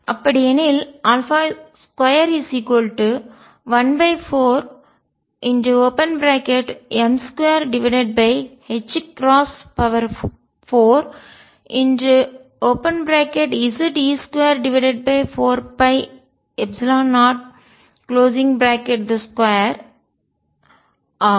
அப்படியெனில் 214m24Ze24π02 ஆகும்